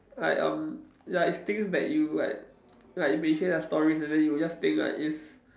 like um ya it's things that you like like when you hear their stories and then you just think like it's